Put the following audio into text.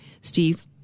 Steve